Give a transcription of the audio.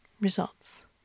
results